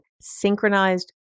synchronized